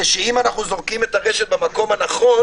שאם אנחנו זורקים את הרשת במקום הנכון,